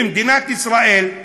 במדינת ישראל,